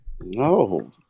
No